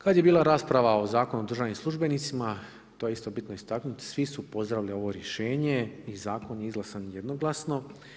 Kada je bila rasprava o Zakonu o državnim službenicima, to je isto bitno istaknuti svi su pozdravili ovo rješenje i zakon je izglasan jednoglasno.